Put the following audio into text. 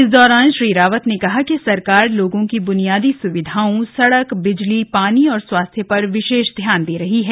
इस दौरान श्री रावत ने कहा कि सरकार लोगों की बुनियादी सुविधाओं सड़क बिजली पानी और स्वास्थ्य पर विशेष ध्यान दे रही है